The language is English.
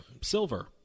Silver